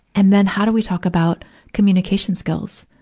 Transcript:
and then, how do we talk about communication skills?